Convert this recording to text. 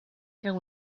can